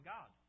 God